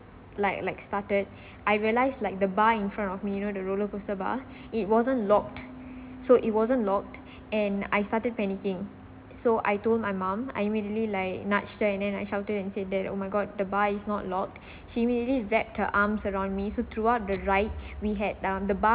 like like started I realised like the bar in front of me you know the roller coaster bar it wasn't locked so it wasn't locked and I started panicking so I told my mum I immediately like nudge them and then I shouted and say that oh my god the bar is not lock immediately zap her arms around me so throughout the ride we had um the bar